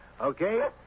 Okay